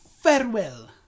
farewell